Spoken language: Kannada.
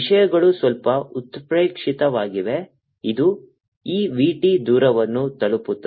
ವಿಷಯಗಳು ಸ್ವಲ್ಪ ಉತ್ಪ್ರೇಕ್ಷಿತವಾಗಿವೆ ಇದು ಈ v t ದೂರವನ್ನು ತಲುಪುತ್ತದೆ